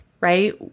right